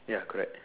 ya correct